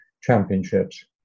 championships